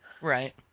Right